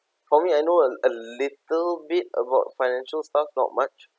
for me I know a little bit about financial stuff not much